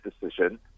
decision